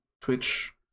Twitch